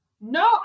No